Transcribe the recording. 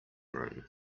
room